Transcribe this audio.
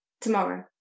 tomorrow